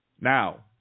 Now